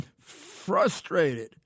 frustrated